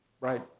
Right